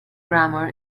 grammar